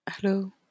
Hello